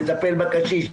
לטפל בקשיש.